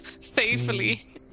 safely